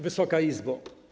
Wysoka Izbo!